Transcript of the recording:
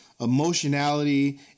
emotionality